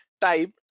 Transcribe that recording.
type